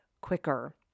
quicker